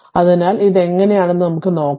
അതിനാൽ ഇത് എങ്ങനെയെന്ന് നമുക്ക് നോക്കാം